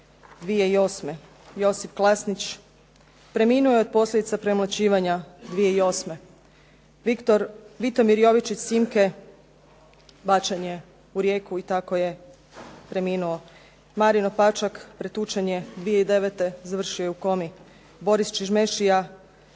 2008., Josip Klasnić preminuo je od posljedica premlaćivanja 2008., Vitomir Jovičić-Simke bačen je u rijeku i tako je preminuo. Marin Opačak pretučen je 2009. završio je u komi, Boris Čižmešija